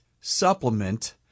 supplement